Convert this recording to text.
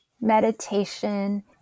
meditation